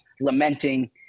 lamenting